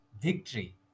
victory